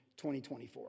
2024